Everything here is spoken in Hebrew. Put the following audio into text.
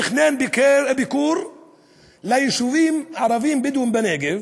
תכנון ביקור ביישובים הערביים הבדואיים בנגב